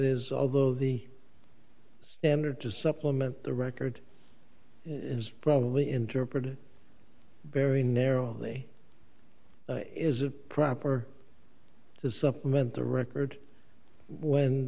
is although the standard to supplement the record is probably interpreted very narrowly is it proper to supplement the record when